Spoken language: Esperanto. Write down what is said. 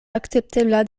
akceptebla